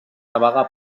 navegar